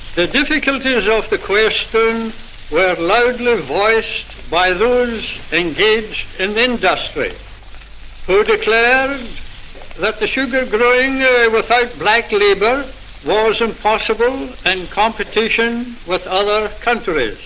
the difficulties of the question were loudly voiced by those engaged in industry who declared that the sugar growing without black labour was impossible in and competition with other countries,